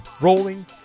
rolling